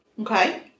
Okay